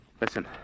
Listen